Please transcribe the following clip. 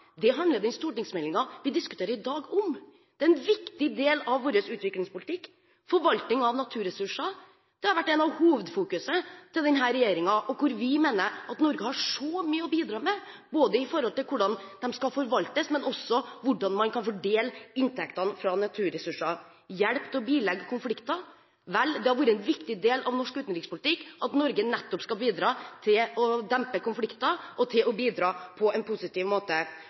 det handler den stortingsmeldingen vi diskuterer i dag, om. Det er en viktig del av vår utviklingspolitikk. Forvaltning av naturressurser – det har vært et av hovedfokusene til denne regjeringen. Vi mener at Norge har mye å bidra med, både hvordan naturressursene skal forvaltes, og hvordan man kan fordele inntektene fra dem. Hjelp til å bilegge konflikter – det har vært en viktig del av norsk utenrikspolitikk at Norge skal bidra til å dempe konflikter og bidra på en positiv måte.